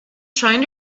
trying